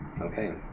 Okay